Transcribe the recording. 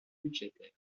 budgétaire